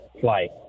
flight